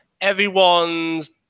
Everyone's